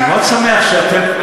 אני מאוד שמח שאתם,